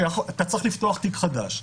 אתה צריך לפתוח תיק חדש.